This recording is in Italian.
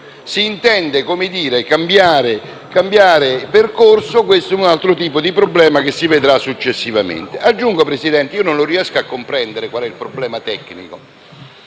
si intende cambiare percorso, questo è uno altro tipo di problema che si vedrà successivamente. Aggiungo che non riesco a comprendere quale sia il problema tecnico.